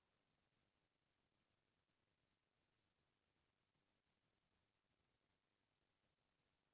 चालू जमा खाता म बेंक ह ओतका जादा बियाज नइ देवय कमती बियाज देथे